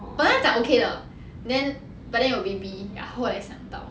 本来他讲 okay 的 then but then 有 baby 后来想到